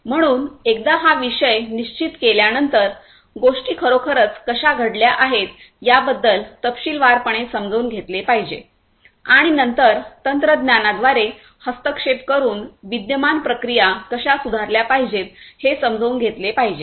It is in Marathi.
म्हणून एकदा हा विषय निश्चित केल्यानंतर गोष्टी खरोखरच कशा घडल्या आहेत याबद्दल तपशीलवारपणे समजून घेतले पाहिजे आणि नंतर तंत्रज्ञानाद्वारे हस्तक्षेप करून विद्यमान प्रक्रिया कशा सुधारल्या पाहिजेत हे समजून घेतले पाहिजे